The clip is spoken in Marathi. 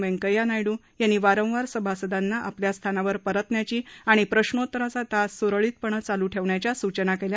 व्यंकथ्या नायड् यांनी वारंवार सभासदांना आपल्या स्थानावर परतण्याची आणि प्रश्नोतराचा तास सुरळीतपणं चालू ठेवण्याच्या सूचना केल्या